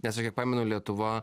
nes aš kiek pamenu lietuva